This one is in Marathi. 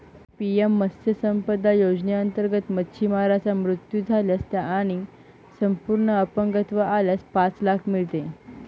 पी.एम मत्स्य संपदा योजनेअंतर्गत, मच्छीमाराचा मृत्यू झाल्यास आणि संपूर्ण अपंगत्व आल्यास पाच लाख मिळते